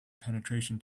penetration